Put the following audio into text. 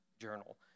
journal